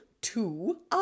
two